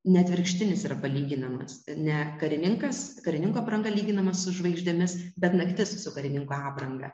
ne atvirkštinis yra palyginamas ne karininkas karininko apranga lyginama su žvaigždėmis bet naktis su karininko apranga